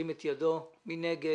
מי נגד?